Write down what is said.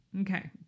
Okay